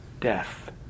death